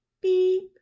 Beep